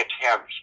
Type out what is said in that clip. attempts